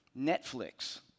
Netflix